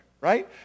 right